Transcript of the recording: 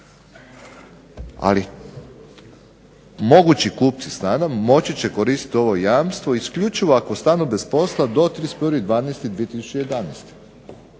ali mogući kupci stana moći će koristiti ovo jamstvo isključivo ako ostanu bez posla do 31.12.2011.